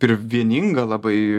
ir vieninga labai